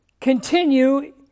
continue